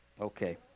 Okay